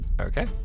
Okay